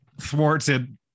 Thwarted